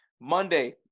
Monday